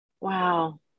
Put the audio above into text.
Wow